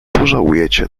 pożałujecie